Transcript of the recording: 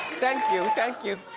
thank you, thank you.